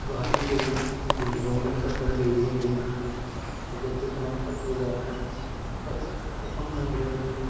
ꯒꯨꯍꯥꯇꯤꯗꯒꯤ ꯗꯦꯜꯍꯤꯐꯥꯎꯃꯩ ꯆꯠꯇꯈꯩ ꯂꯩꯔꯤ ꯑꯗꯨ ꯇꯤꯛꯀꯦꯠꯇꯣ ꯀꯃꯥꯏꯅ ꯀꯛꯀꯦꯗ ꯀꯛꯐꯝ ꯈꯪꯗ꯭ꯔꯦ ꯑꯗꯣ